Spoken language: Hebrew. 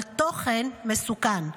אבל תוכן מסוכן,